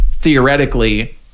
theoretically